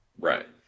Right